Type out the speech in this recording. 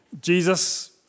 Jesus